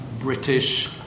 British